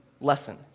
lesson